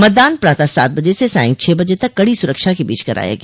मतदान प्रातः सात बजे से सांय छह बजे तक कड़ी सुरक्षा के बीच कराया गया